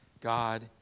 God